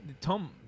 Tom